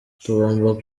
tugomba